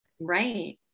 Right